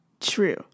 true